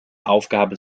aufgabe